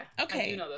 Okay